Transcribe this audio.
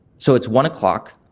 so it's one o'clock,